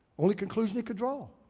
only conclusion you could draw.